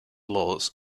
laws